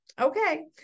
okay